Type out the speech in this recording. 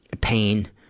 pain